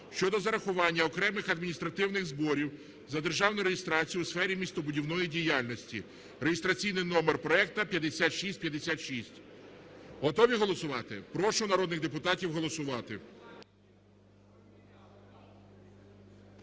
щодо зарахування окремих адміністративних зборів за державну реєстрацію у сфері містобудівної діяльності (реєстраційний номер проекту 5656). Готові голосувати? Прошу народних депутатів голосувати.